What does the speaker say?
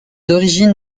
origines